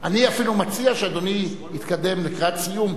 אני אפילו מציע שאדוני יתקדם לקראת סיום.